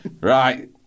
Right